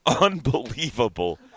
unbelievable